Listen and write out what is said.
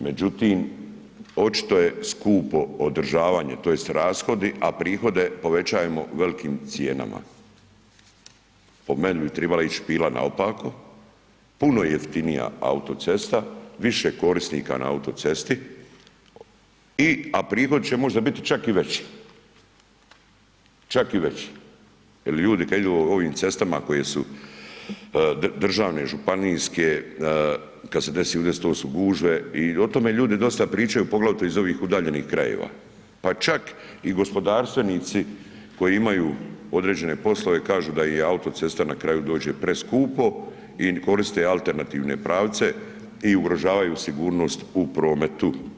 međutim očito je skupo održavanje tj. rashodi, a prihode povećajemo velikim cijenama, po meni bi tribala ić pila naopako, puno jeftinija autocesta, više korisnika na autocesti i, a prihodi će možda biti čak i već, čak i veći, jel ljudi kad idu ovim cestama koje su državne i županijske, kad se desi udes to su gužve i o tome ljudi dosta pričaju, poglavito iz ovih udaljenih krajeva, pa čak i gospodarstvenici koji imaju određene poslove kažu da im autocesta na kraju dođe preskupo i koriste alternativne pravce i ugrožavaju sigurnost u prometu.